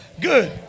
good